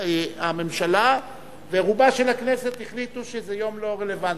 הממשלה ורובה של הכנסת החליטו שזה יום לא רלוונטי.